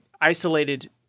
isolated